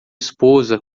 esposa